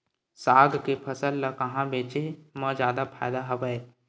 साग के फसल ल कहां बेचे म जादा फ़ायदा हवय?